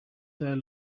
there